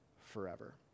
forever